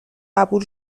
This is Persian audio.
قبول